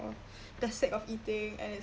for the sake of eating and